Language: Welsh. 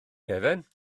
cefn